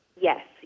Yes